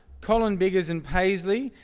colin biggers and paisley,